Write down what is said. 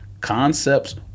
Concepts